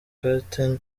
carter